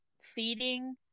feeding